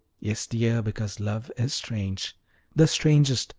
yes, dear, because love is strange the strangest,